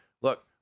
look